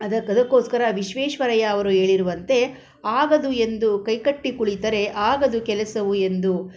ಅದಕ್ಕೆ ಅದಕ್ಕೋಸ್ಕರ ವಿಶ್ವೇಶ್ವರಯ್ಯ ಅವರು ಹೇಳಿರುವಂತೆ ಆಗದು ಎಂದು ಕೈ ಕಟ್ಟಿ ಕುಳಿತರೆ ಆಗದು ಕೆಲಸವು ಎಂದೂ